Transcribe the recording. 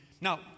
Now